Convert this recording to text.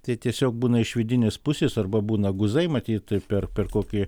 tai tiesiog būna iš vidinės pusės arba būna guzai matyt per per kokį